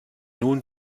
nun